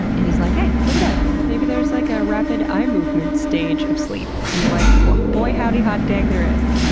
and he's like, hey, look at that, maybe there's like a rapid eye movement stage of sleep! and they're like, well boy howdy, hot dang, there is.